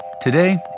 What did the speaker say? Today